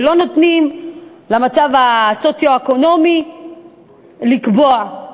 ולא נותנים למצב הסוציו-אקונומי לקבוע.